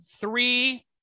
three